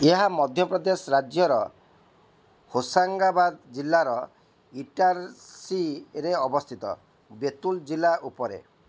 ଏହା ମଧ୍ୟପ୍ରଦେଶ ରାଜ୍ୟର ହୋସାଙ୍ଗାବାଦ ଜିଲ୍ଲାର ଇଟାର୍ସିରେ ଅବସ୍ଥିତ ବେତୁଲ ଜିଲ୍ଲା ଉପରେ